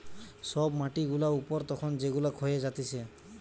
সব মাটি গুলা উপর তখন যেগুলা ক্ষয়ে যাতিছে